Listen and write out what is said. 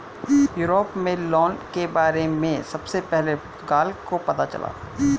Europe में loan के बारे में सबसे पहले पुर्तगाल को पता चला